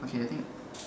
okay I think